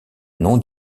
non